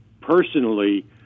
personally